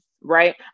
right